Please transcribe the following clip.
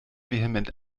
vehement